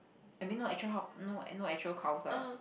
I mean no actual how~ no actual cows lah